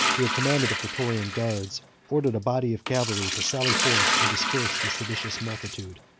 who commanded the praetorian guards, ordered a body of cavalry to sally forth, and disperse the seditious multitude.